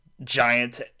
Giant